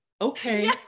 Okay